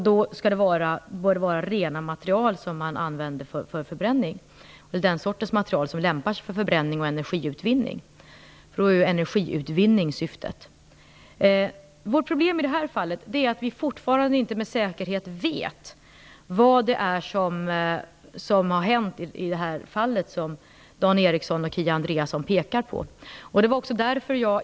Då bör man använda rena material för förbränning. Det är den sortens material som lämpar sig för förbränning och energiutvinning, för då är det ju energiutvinning som är syftet. Vårt problem är att vi fortfarande inte med säkerhet vet vad det är som har hänt i det fall som Dan Ericsson och Kia Andreasson tar upp.